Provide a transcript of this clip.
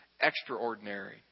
extraordinary